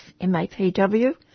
MAPW